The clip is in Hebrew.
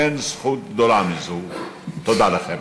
אין זכות גדולה מזו, תודה לכם.